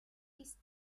ist